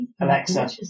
Alexa